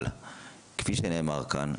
אבל כפי שנאמר כאן,